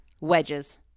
Wedges